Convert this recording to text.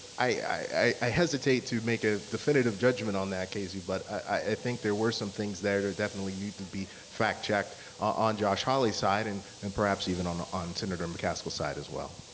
i hesitate to make a definitive judgment on that, casey, but i think there were some things there that definitely need to be fact check on josh hawley's side and and perhaps even on on senator mccaskill's side as well.